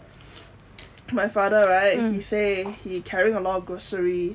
my father right he say he carrying a lot of grocery